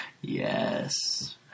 Yes